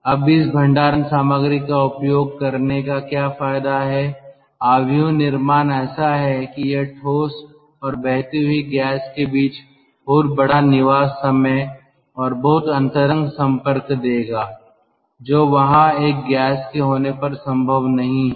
अब इस भंडारण सामग्री का उपयोग करने का क्या फायदा है मैट्रिक्स निर्माण ऐसा है कि यह ठोस और बहती हुई गैस के बीच बहुत बड़ा निवास समय और बहुत अंतरंग संपर्क देगा जो वहां एक गैस के होने पर संभव नहीं है